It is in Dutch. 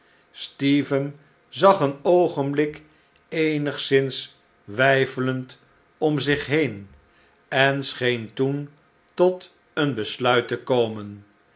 stephen zag een oogenblik eenigszins weifelend om zich heen en scheen toen tot eenbesluit te komen